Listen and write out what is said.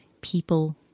people